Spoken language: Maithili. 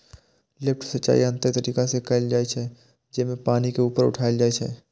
लिफ्ट सिंचाइ यांत्रिक तरीका से कैल जाइ छै, जेमे पानि के ऊपर उठाएल जाइ छै